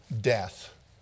death